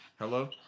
Hello